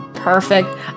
Perfect